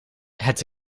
het